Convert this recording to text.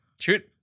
Shoot